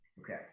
Okay